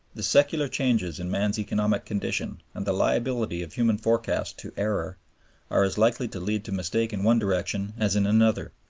the secular changes in man's economic condition and the liability of human forecast to error are as likely to lead to mistake in one direction as in another.